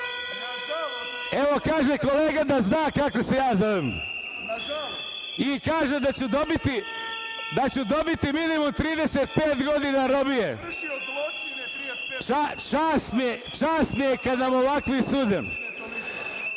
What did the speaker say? Evo, kaže kolega da zna kako se ja zovem i kaže da ću dobiti minimum 35 godina robije. Čast mi je kada nam ovakvi